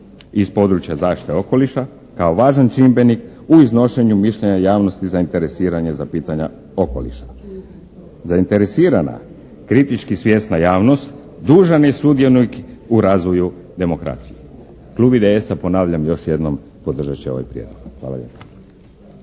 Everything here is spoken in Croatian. iz područja zaštite okoliša kao važan čimbenik u iznošenju mišljenja javnosti zainteresiranih za pitanja okoliša. Zainteresirana kritički svjesna javnost, dužan je sudionik u razvoju demokracije. Klub IDS-a ponavljam još jednom, podržat će ovaj prijedlog. Hvala